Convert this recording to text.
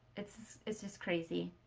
it's it's just crazy.